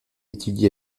étudie